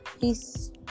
peace